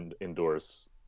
endorse